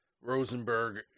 Rosenberg